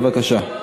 בבקשה.